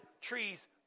trees